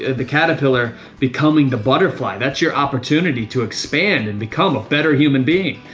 the caterpillar becoming the butterfly that's your opportunity to expand and become a better human being.